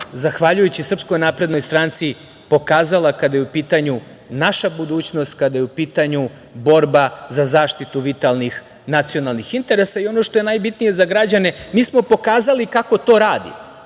zahvaljujući SNS pokazala kada je u pitanju naša budućnost, kada je u pitanju borba za zaštitu vitalnih nacionalnih interesa. Ono što je najbitnije za građane, mi smo pokazali kako to radi,